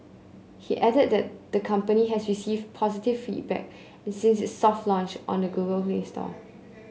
he added that the company has received positive feedback since its soft launch on the Google Play Store